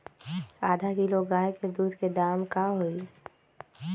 आधा किलो गाय के दूध के का दाम होई?